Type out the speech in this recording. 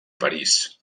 parís